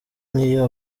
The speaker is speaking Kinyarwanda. niyo